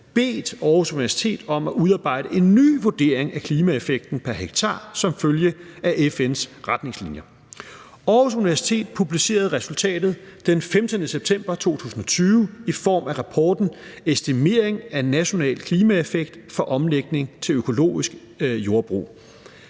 bedt Aarhus Universitet om at udarbejde en ny vurdering af klimaeffekten pr. hektar som følge af FN's retningslinjer. Aarhus Universitet publicerede resultatet den 15. september 2020 i form af rapporten »Estimering af national klimaeffekt for omlægning til økologisk jordbrug«.